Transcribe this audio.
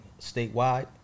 statewide